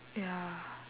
ya